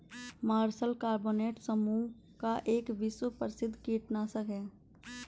martial carbonate समूह का एक विश्व प्रसिद्ध कीटनाशक है